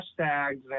hashtags